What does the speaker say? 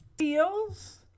feels